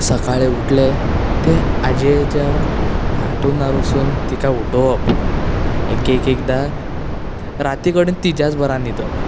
सकाळीं उठलें तें आजयेच्या हांतरूणार वचून तिका उठोवप एक एकदां राती कडेन तिच्याच बरां न्हिदप